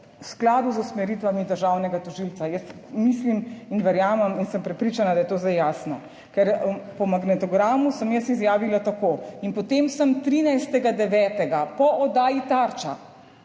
v skladu z usmeritvami državnega tožilca. Jaz mislim in verjamem in sem prepričana, da je to zdaj jasno, ker po magnetogramu sem jaz izjavila tako »in potem sem 13. 9. po oddaji Tarča…«,